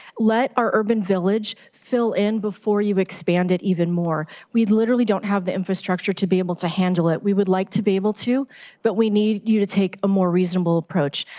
let the urban village fill in before you expand it even more. we literally don't have the infrastructure to be able to handle it. we would like to be able to but we need you to take a more reasonable approach.